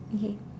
okay